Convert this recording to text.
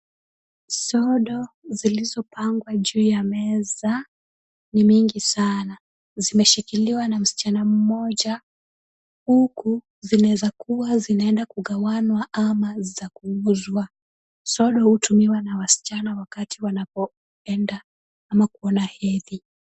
Sodo zilizopangwa juu ya meza ni mingi sana, zimeshikiliwa na msichana mmoja huku zinaweza kuwa zinaenda kugawanywa ama za kuuzwa. Sodo hutumika na waschana wakati wanapoenda ama kuona hedhi.